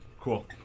Cool